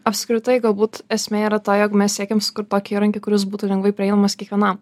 apskritai galbūt esmė yra ta jog mes siekiam sukurt tokį įrankį kuris būtų lengvai prieinamas kiekvienam